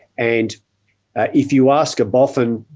and if you ask a boffin,